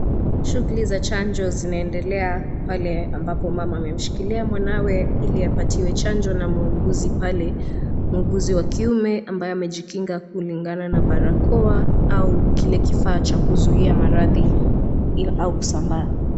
Shughuli za chanjo zinaendelea pale ambapo mama amemshikilia mwanawe ili apatiwe chanjo na muuguzi pale muuguzi wa kiume ambaye amejikinga kulingana na barakoa au kile kifaa cha kuzuia maradhi au kusambaa.